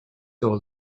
all